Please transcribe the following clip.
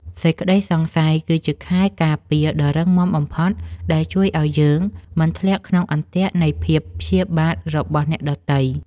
សេចក្តីសង្ស័យគឺជាខែលការពារដ៏រឹងមាំបំផុតដែលជួយឱ្យយើងមិនធ្លាក់ក្នុងអន្ទាក់នៃភាពព្យាបាទរបស់អ្នកដទៃ។